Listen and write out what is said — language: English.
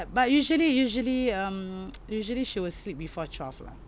but usually usually um usually she will sleep before twelve lah